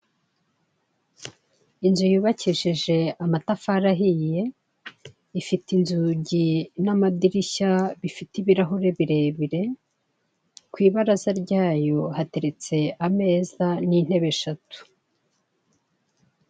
Inzu yubakishije amatafari ahiye, ifite inzugi n'amadirishya bifite ibirahure birebire, ku ibaraza ryayo hateretse ameza n'intebe eshatu.